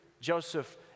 Joseph